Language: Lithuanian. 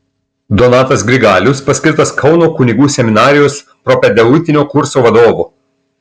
donatas grigalius paskirtas kauno kunigų seminarijos propedeutinio kurso vadovu